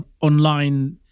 online